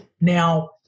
Now